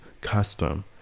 custom